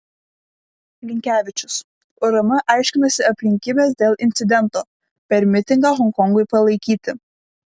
linkevičius urm aiškinasi aplinkybes dėl incidento per mitingą honkongui palaikyti